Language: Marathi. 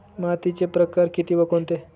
मातीचे प्रकार किती व कोणते?